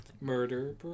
murder